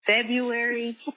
February